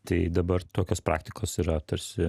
tai dabar tokios praktikos yra tarsi